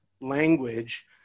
language